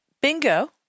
bingo